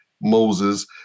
Moses